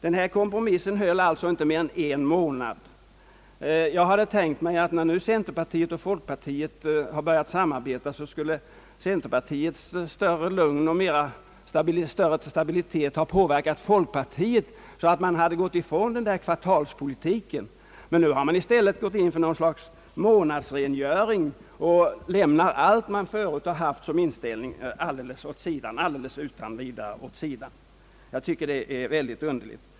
Denna kompromiss höll alltså inte mer än en månad. När nu centerpartiet och folkpartiet har börjat samarbeta hade jag tänkt mig att centerpartiets större lugn och större stabilitet hade påverkat folkpartiet så att man där hade gått ifrån den där kvartalspolitiken, men nu har man i stället gått in för något slags månadsrengöring och lämnat den inställning man tidigare haft alldeles åt sidan utan vidare, Jag tycker att detta är mycket underligt.